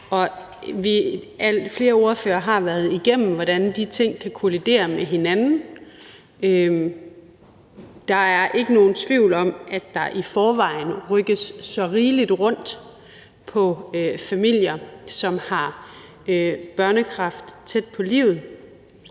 flere ordførere har været igennem, hvordan de ting kan kollidere med hinanden. Der er ikke nogen tvivl om, at der i forvejen rykkes så rigeligt rundt på familier, som har børnekræft tæt inde på livet,